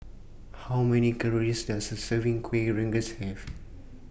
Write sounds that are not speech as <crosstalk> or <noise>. How Many Calories Does A Serving Kueh Rengas Have <noise>